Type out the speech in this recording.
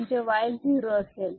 म्हणजे Y zero असेल